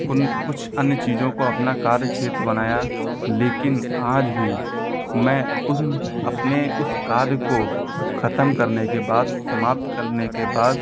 कुछ अन्य चीज़ों को अपना कार्यक्षेत्र बनाया लेकिन आज भी मैं उन अपने उस कार्य को खत्म करने के बाद समाप्त करने के बाद